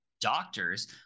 doctors